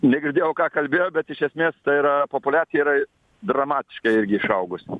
negirdėjau ką kalbėjo bet iš esmės tai yra populiacija yra dramatiškai irgi išaugusi